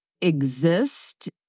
exist